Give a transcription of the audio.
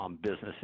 businesses